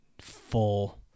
full